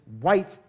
white